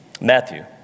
Matthew